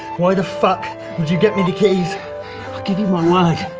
why the fuck would you get me the keys? i give you my word.